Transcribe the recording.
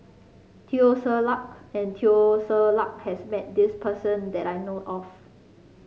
Teo Ser Luck and Teo Ser Luck has met this person that I know of